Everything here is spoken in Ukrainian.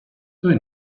той